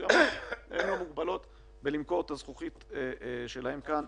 מסוימות והן לא מוגבלות למכור את הזכוכית שלהן כאן.